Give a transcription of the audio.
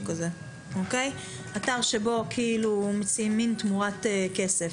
אתר שבו מציעים מין תמורת כסף.